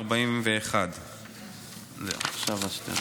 בהתאם לסעיף